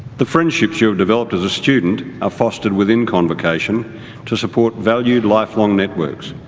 the friendships you have developed as a student are fostered within convocation to support valued lifelong networks.